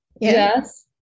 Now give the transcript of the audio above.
Yes